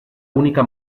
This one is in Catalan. única